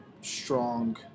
strong